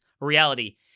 reality